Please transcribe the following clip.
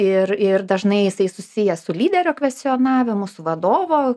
ir ir dažnai jisai susijęs su lyderio kvestionavimu su vadovo